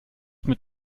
mit